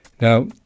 Now